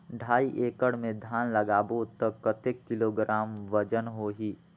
ढाई एकड़ मे धान लगाबो त कतेक किलोग्राम वजन होही?